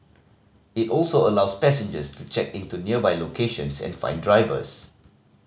it also allows passengers to check in to nearby locations and find drivers